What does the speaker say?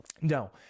No